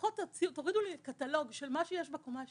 לפחות תורידו לי קטלוג של מה שיש בקומה השנייה,